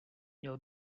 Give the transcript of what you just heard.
měl